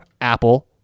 Apple